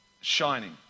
shining